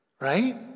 Right